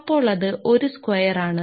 അപ്പോൾ അത് 1 സ്ക്വയർ ആണ്